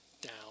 down